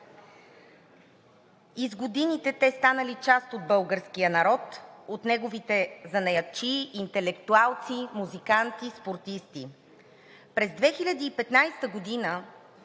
с годините те станали част от българския народ, от неговите занаятчии, интелектуалци, музиканти, спортисти. През 2015 г.